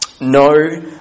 no